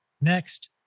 Next